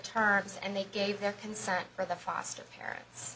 terms and they gave their concern for the foster parents